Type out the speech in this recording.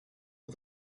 for